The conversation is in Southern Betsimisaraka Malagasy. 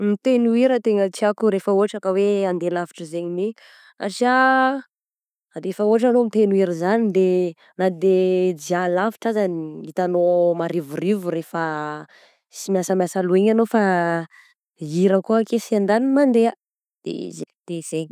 Mitegno hira tegna tiako rehefa ohatra ka hoe handeha alavitra zegny my satria rehefa ohatra hoe mitegno hira zany de na de dià labitra aza hitanao marivorivo rehefa sy miasamiasa loha igny anao fa hira koa akesy andaniny mandeha, de zay, de zay.